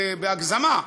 ובהגזמה.